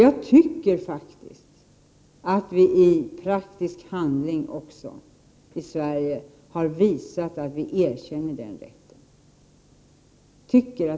Jag tycker faktiskt att vi i praktisk handling också i Sverige har visat att vi erkänner den rätten.